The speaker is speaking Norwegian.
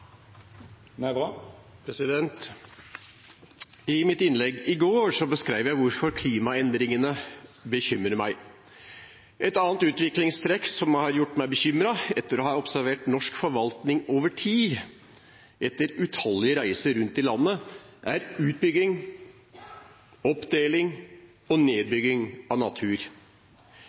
I mitt innlegg i går beskrev jeg hvorfor klimaendringene bekymrer meg. Et annet utviklingstrekk som har gjort meg bekymret – etter å ha observert norsk forvaltning over tid, etter utallige reiser rundt i landet – er utbygging, oppdeling og nedbygging av natur.